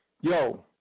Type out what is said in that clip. Yo